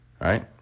right